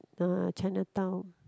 uh Chinatown